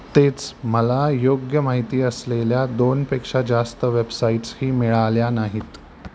तेच मला योग्य माहिती असलेल्या दोनपेक्षा जास्त वेबसाइट्सही मिळाल्या नाहीत